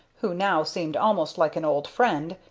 who now seemed almost like an old friend,